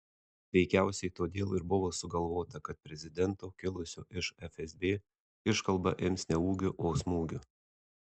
veikiausiai todėl ir buvo sugalvota kad prezidento kilusio iš fsb iškalba ims ne ūgiu o smūgiu